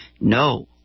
no